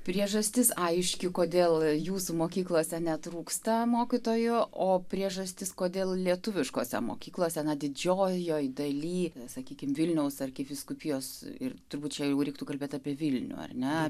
priežastis aiški kodėl jūsų mokyklose netrūksta mokytojo o priežastys kodėl lietuviškose mokyklose na didžiojoje dalyje sakykime vilniaus arkivyskupijos ir turbūt čia reiktų kalbėti apie vilniuje ar ne